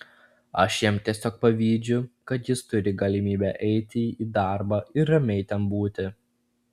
aš jam tiesiog pavydžiu kad jis turi galimybę eiti į darbą ir ramiai ten būti